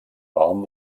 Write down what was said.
warm